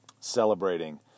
celebrating